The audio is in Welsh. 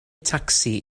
tacsi